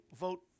Vote